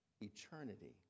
eternity